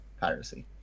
piracy